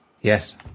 Yes